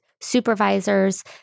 supervisors